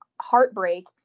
heartbreak